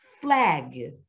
flag